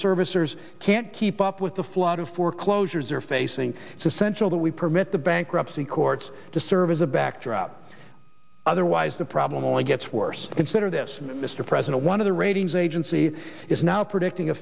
servicers can't keep up with the flood of foreclosures are facing to central that we permit the bankruptcy courts to serve as a backdrop otherwise the problem only gets worse consider this mr president one of the ratings agency is now predicting a